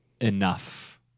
enough